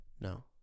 No